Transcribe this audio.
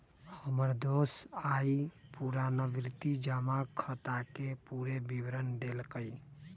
हमर दोस आइ पुरनावृति जमा खताके पूरे विवरण देलक